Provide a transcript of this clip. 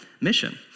mission